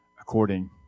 according